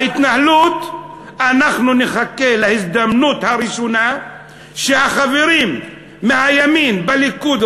ההתנהלות: אנחנו נחכה להזדמנות הראשונה של החברים מהימין בליכוד,